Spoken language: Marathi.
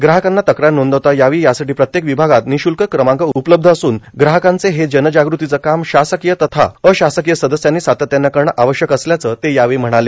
ग्राहकांना तक्रार नोंदवता यावी यासाठी प्रत्येक विभागात निश्ल्क क्रमांक उपलब्ध असून ग्राहकांचं हे जनजागृतीचं काम शासकीय तथा अशासकीय सदस्यांनी सातत्यानं करणं आवश्यक असल्याचं ते म्हणाले